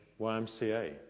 YMCA